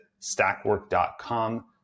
stackwork.com